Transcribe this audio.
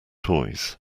toys